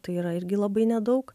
tai yra irgi labai nedaug